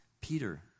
Peter